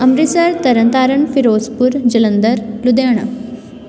Amritsar Tarn Taran Firozpur Jalandhar Ludhiana